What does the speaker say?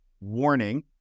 Warning